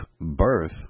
birth